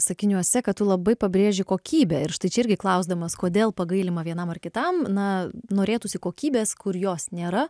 sakiniuose kad tu labai pabrėži kokybę ir štai čia irgi klausdamas kodėl pagailima vienam ar kitam na norėtųsi kokybės kur jos nėra